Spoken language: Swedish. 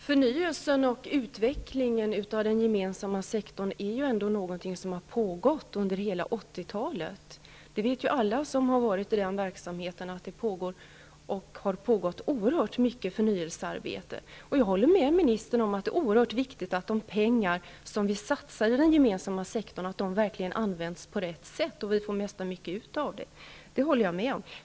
Herr talman! Förnyelsen och utvecklingen av den gemensamma sektorn är ändå någonting som har pågått under hela 80-talet. Alla som deltagit i den verksamheten vet att det pågår och har pågått oerhört mycket förnyelsearbete. Jag håller med ministern om att det är ytterst viktigt att de pengar som vi satsar i den gemensamma sektorn verkligen används på rätt sätt, så att vi får ut det mesta möjliga av dem.